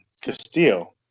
Castillo